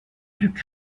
duc